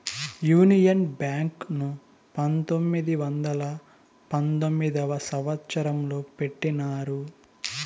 union Bank ను పంతొమ్మిది వందల పంతొమ్మిదవ సంవచ్చరంలో పెట్టినారు